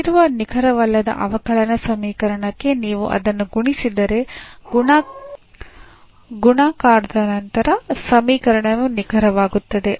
ಕೊಟ್ಟಿರುವ ನಿಖರವಲ್ಲದ ಅವಕಲನ ಸಮೀಕರಣಕ್ಕೆ ನೀವು ಅದನ್ನು ಗುಣಿಸಿದರೆ ಗುಣಾಕಾರದ ನಂತರ ಸಮೀಕರಣವು ನಿಖರವಾಗುತ್ತದೆ